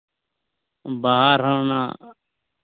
ᱵᱟᱨ ᱦᱚᱸ ᱚᱱᱟ